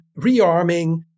rearming